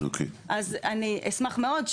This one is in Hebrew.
אז אני אשמח מאד,